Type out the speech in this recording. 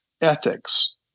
ethics